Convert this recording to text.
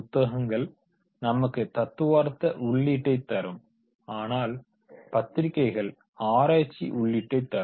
புத்தகங்கள் நமக்கு தத்துவார்த்த உள்ளீட்டை தரும் ஆனால் பத்திரிக்கைகள் ஆராய்ச்சி உள்ளீட்டைத் தரும்